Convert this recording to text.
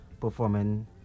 performing